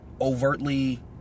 overtly